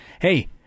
hey